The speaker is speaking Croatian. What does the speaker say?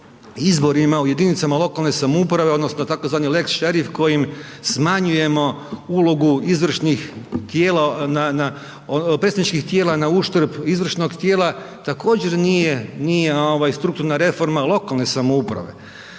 izborima u jedinicama lokalne samouprave odnosno tzv. lex Šerif kojim smanjujemo ulogu predstavničkih tijela na uštrb izvršnog tijela također nije, nije ovaj strukturna reforma lokalne samouprave.